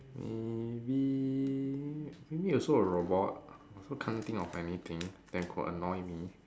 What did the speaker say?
maybe maybe also a robot I also can't think of anything that could annoy me